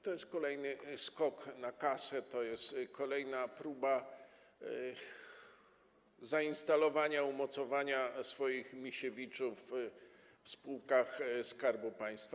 To jest kolejny skok na kasę, to jest kolejna próba zainstalowania, umocowania swoich Misiewiczów w spółkach Skarbu Państwa.